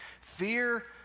Fear